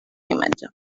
imatge